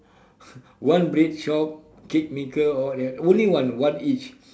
one bread shop cake maker all that only one one each